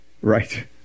Right